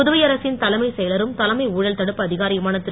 புதுவை அரசின் தலைமைச் செயலகம் தலைமை ஊழல் தடுப்பு அதிகாரியுமான திரு